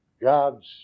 God's